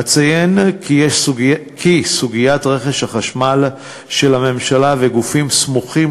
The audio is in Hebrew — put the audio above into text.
אציין כי סוגיית רכש החשמל של הממשלה וגופים סמוכים